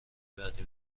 بعدی